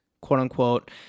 quote-unquote